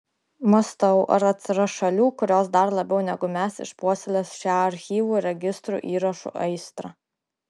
mąstau ar atsiras šalių kurios dar labiau negu mes išpuoselės šią archyvų registrų įrašų aistrą